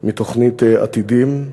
מתוכנית "עתידים".